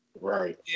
Right